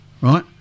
right